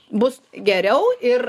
bus geriau ir